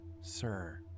sir